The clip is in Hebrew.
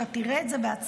אתה תראה את זה בעצמך,